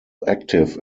active